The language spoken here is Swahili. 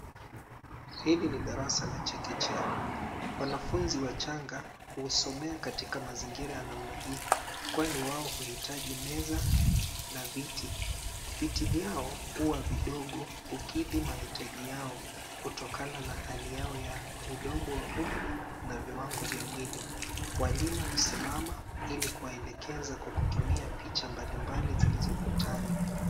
Hili ni darasa la chekechea. Wanafunzi wachanga husomea katika mazingira ya namna hii, kwani wao huhitaji meza na viti. Viti vyao huwa vidogo kukidhi mahitaji yao kutokana na hali yao ya udogo wa umri na viwango vya mwili. Walimu husimama ili kuwaelekeza kwa kutumia picha mbalimbali zilizo kutani.